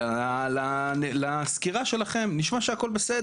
אלא לסקירה שלכם שנשמע שהכל בסדר,